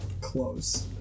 Close